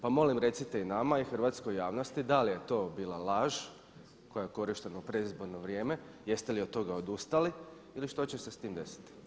Pa molim recite i nama i hrvatskoj javnosti da li je to bila laž koja je korištena u predizborno vrijeme, jeste li od toga odustali ili što će se s time desiti.